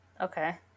Okay